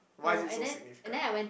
why is it so significant ah